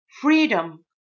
Freedom